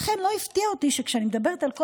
לכן לא הפתיע אותי שכשאני מדברת על כל